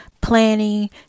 planning